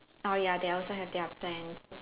oh ya they also have their plans